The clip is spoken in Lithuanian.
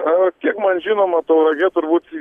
a kiek man žinoma tauragė turbūt